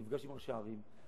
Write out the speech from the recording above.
אני נפגש עם ראשי ערים,